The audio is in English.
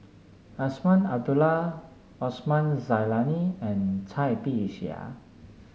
Azman Abdullah Osman Zailani and Cai Bixia